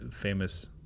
famous